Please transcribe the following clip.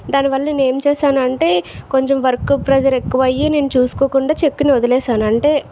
దానివల్ల నేను ఏం చేశాను అంటే కొంచెం వర్క్ ప్రెజర్ ఎక్కువ అయ్యి నేను చూసుకోకుండా చెక్ ని వదిలేసాను అంటే